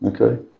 Okay